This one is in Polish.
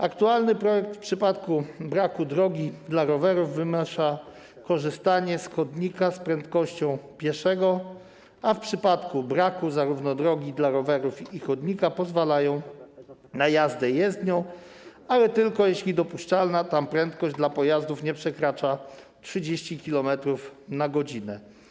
Aktualny projekt w przypadku braku drogi dla rowerów wymusza korzystanie z chodnika z prędkością pieszego, a w przypadku braku zarówno drogi dla rowerów, jak i chodnika pozwala na jazdę jezdnią, ale tylko jeśli dopuszczalna tam prędkość dla pojazdów nie przekracza 30 km/h.